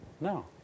no